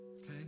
Okay